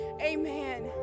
Amen